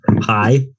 hi